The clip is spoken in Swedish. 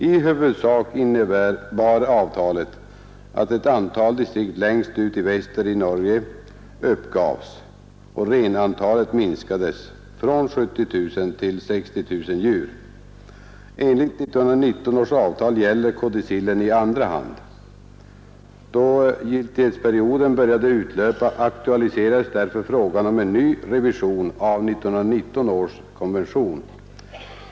I huvudsak innebar avtalet att ett antal distrikt längst ut i väster i Norge uppgavs och att renantalet minskades — från 70 000 till 60 000 djur. Enligt 1919 års avtal gäller kodicillen i andra hand. Då giltighetsperioden började utlöpa aktualiserades därför frågan om en ny revision av 1919 års konvention.